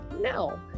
no